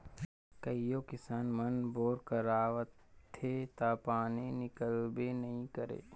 कइयो किसान मन बोर करवाथे ता पानी हिकलबे नी करे